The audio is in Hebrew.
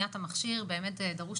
הדיונים נידונים בדיוני התקציב וגם נידונו